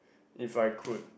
if I could